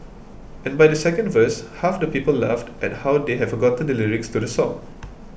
and by the second verse half the people laughed at how they have forgotten the lyrics to the song